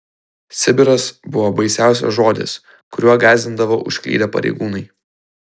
sibiras buvo baisiausias žodis kuriuo gąsdindavo užklydę pareigūnai